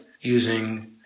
using